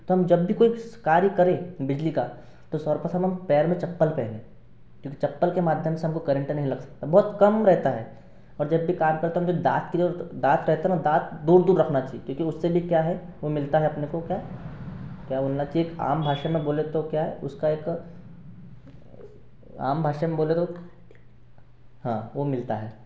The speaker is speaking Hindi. तो हम जब भी कोई कार्य करें बिजली का तो सर्वप्रथम हम पैर में चप्पल पहनें क्योंकि चप्पल के माध्यम से हमको करंट नहीं लग सकता बहुत कम रहता है और जब भी कार्य करें तो दांत दांत रहता है ना दांत दूर दूर रखना चाहिए क्योंकि उससे भी क्या है वह मिलता है तो अपने को क्या क्या बोलना चाहिए आम भाषा में बोलें तो क्या है उसका एक आम भाषा में बोलें तो हाँ वह मिलता है